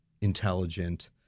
intelligent